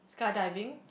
skydiving